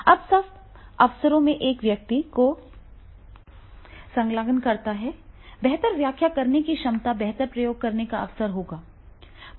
यह सब अवसरों में एक व्यक्ति को संलग्न करता है बेहतर व्याख्या करने की क्षमता बेहतर प्रयोग करने का अवसर होगा